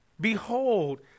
Behold